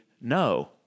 no